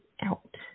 out